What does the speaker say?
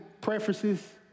preferences